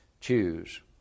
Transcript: choose